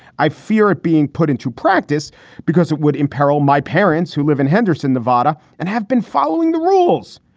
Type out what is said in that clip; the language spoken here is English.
i fear it being put into practice because it would imperil my parents who live in henderson, nevada, and have been following the rules.